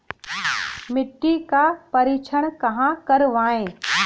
मिट्टी का परीक्षण कहाँ करवाएँ?